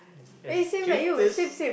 the sweetest